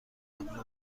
قبل